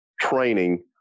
training